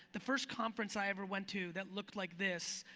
the first conference i ever went to that looked like this,